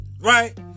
Right